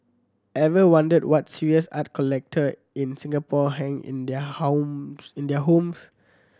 ever wondered what serious art collector in Singapore hang in their in their homes